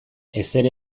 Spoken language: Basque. ezer